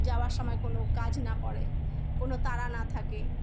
যাওয়ার সময় কোনও কাজ না পড়ে কোনও তাড়া না থাকে